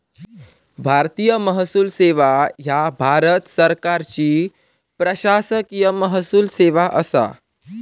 भारतीय महसूल सेवा ह्या भारत सरकारची प्रशासकीय महसूल सेवा असा